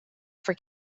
for